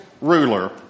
ruler